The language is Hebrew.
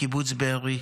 מקיבוץ בארי,